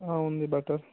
ఉంది బటర్